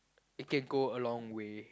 it can go a long way